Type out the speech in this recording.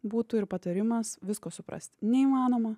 būtų ir patarimas visko suprast neįmanoma